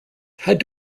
had